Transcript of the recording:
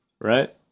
right